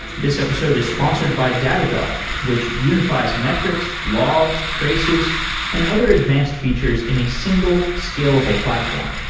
this episode is sponsored by datadog, which unifi es metrics, logs, traces and other advanced features in a single scalable platform.